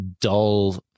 dull